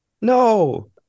No